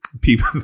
people